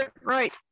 right